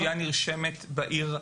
הפשיעה נרשמת בעיר המדווחת.